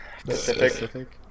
Specific